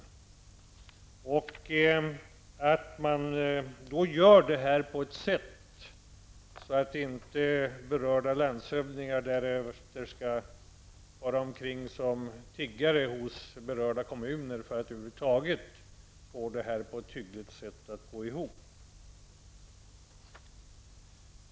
Vidare hoppas jag att man gör detta på ett sådant sätt att berörda landshövdingar därefter inte skall behöva fara omkring som tiggare hos berörda kommuner för att få det hela att gå ihop på ett hyggligt sätt.